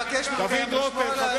אנחנו רוצים שר